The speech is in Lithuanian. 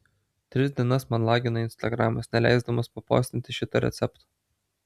tris dienas man lagino instagramas neleisdamas papostinti šito recepto